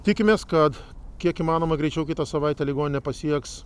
tikimės kad kiek įmanoma greičiau kitą savaitę ligoninę pasieks